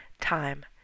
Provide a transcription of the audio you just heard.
Time